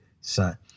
son